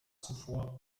zuvor